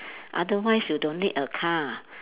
otherwise you don't need a car